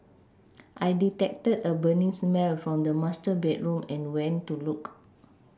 I detected a burning smell from the master bedroom and went to look